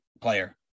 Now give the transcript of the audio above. player